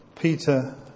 Peter